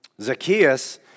Zacchaeus